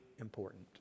important